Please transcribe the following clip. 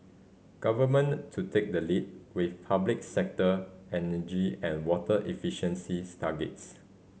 government to take the lead with public sector energy and water efficiencies targets